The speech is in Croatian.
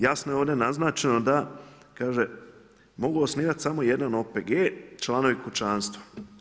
Jasno je ovdje naznačeno da, kaže mogu osnivati samo jedan OPG članovi kućanstva.